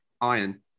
iron